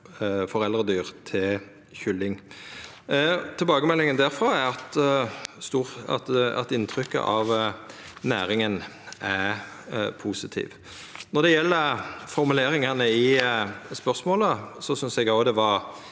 foreldredyr til kylling. Tilbakemeldinga derfrå er at inntrykket av næringa er positivt. Når det gjeld formuleringane i spørsmålet, syntest eg det var